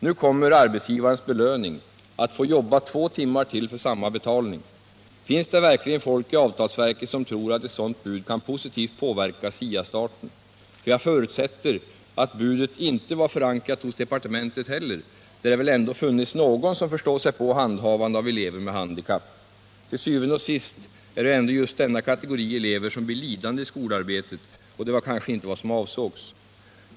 Nu kommer arbetsgivarens belöning — att få jobba två timmar till för samma betalning. Finns det verkligen folk i avtalsverket som tror att ett sådant bud kan positivt påverka SIA starten? Jag förutsätter att budet inte heller var förankrat hos departementet, där det väl ändå funnits någon som förstår sig på handhavande av elever med handikapp. Til syvende og sidst är det ändå just denna kategori elever som blir lidande i skolarbetet, och det var kanske inte vad som avsågs.